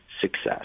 success